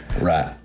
right